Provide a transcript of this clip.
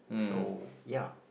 so ya